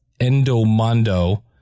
Endomondo